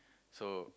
so